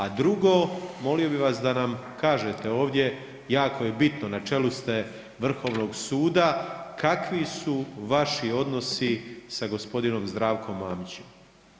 A drugo, molio bih vas da nam kažete ovdje jako je bitno na čelu ste Vrhovnog suda kakvi su vaši odnosi sa gospodinom Zdravkom Mamićem?